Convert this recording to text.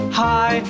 hi